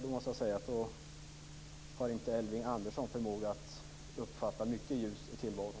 Då måste jag säga att Elving Andersson inte har förmåga att uppfatta mycket ljus i tillvaron.